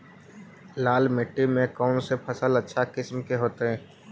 लाल मिट्टी में कौन से फसल अच्छा किस्म के होतै?